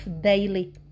daily